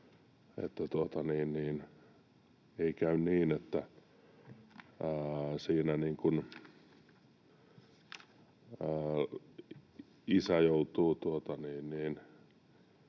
ei käy niin, että siinä isä joutuu